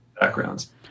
backgrounds